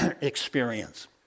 experience